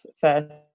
first